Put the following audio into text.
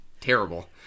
terrible